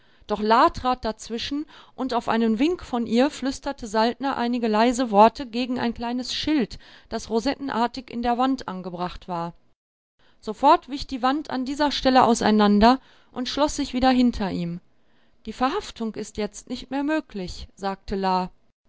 doch la trat dazwischen und auf einen wink von ihr flüsterte saltner einige leise worte gegen ein kleines schild das rosettenartig in der wand angebracht war sofort wich die wand an dieser stelle auseinander und schloß sich wieder hinter ihm die verhaftung ist jetzt nicht mehr möglich sagte